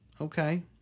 Okay